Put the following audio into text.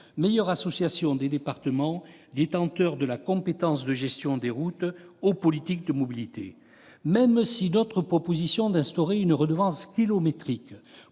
meilleure association des départements, détenteurs de la compétence de gestion des routes, aux politiques de mobilité. Certes, notre proposition d'instaurer une redevance kilométrique